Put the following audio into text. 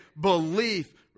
belief